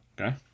Okay